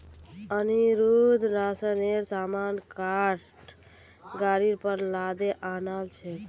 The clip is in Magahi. अनिरुद्ध राशनेर सामान काठ गाड़ीर पर लादे आ न छेक